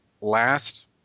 last